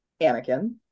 anakin